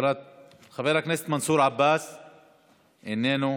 חבר הכנסת מנסור עבאס, איננו.